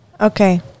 Okay